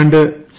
രണ്ട് സി